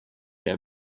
der